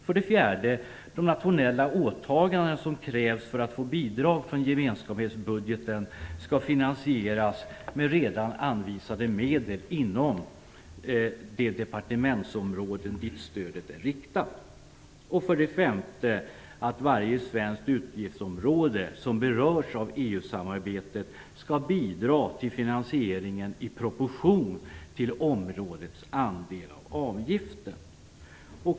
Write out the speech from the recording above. För det fjärde skall de nationella åtaganden som krävs för att få bidrag från gemenskapsbudgeten finansieras med redan anvisade medel inom de departementsområden dit stödet är riktat. För det femte skall varje svenskt utgiftsområde som berörs av EU-samarbetet bidra till finansieringen i proportion till områdets andel av avgiften.